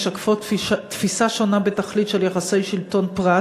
משקפות תפיסה שונה בתכלית של יחסי שלטון פרט